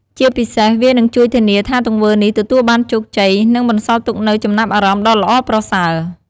ជាពិសេសវានឹងជួយធានាថាទង្វើនេះទទួលបានជោគជ័យ និងបន្សល់ទុកនូវចំណាប់អារម្មណ៍ដ៏ល្អប្រសើរ។